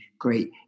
great